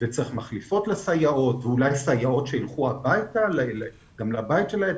וצריך מחליפות לסייעות ואולי סייעות שילכו גם לבית שלהם.